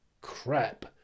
crap